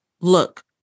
Look